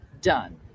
done